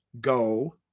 go